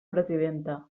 presidenta